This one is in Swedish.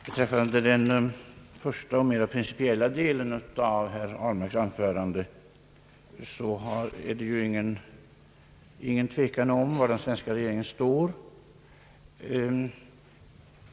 Herr talman! Vad den första och mera principiella delen av herr Ahlmarks anförande beträffar är det ingen tvekan om var den svenska regeringen står.